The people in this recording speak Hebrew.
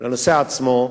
לנושא עצמו.